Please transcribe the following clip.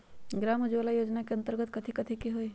ग्राम उजाला योजना के अंतर्गत कथी कथी होई?